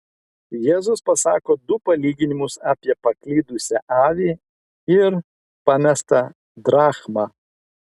jėzus pasako du palyginimus apie paklydusią avį ir pamestą drachmą